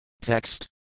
Text